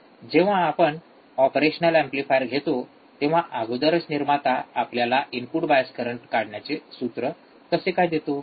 जेव्हा आपण operational amplifier घेतो तेव्हा अगोदरच निर्माता आपल्याला इनपुट बायस करंट काढण्याचे सूत्र कसे काय देतो